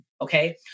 Okay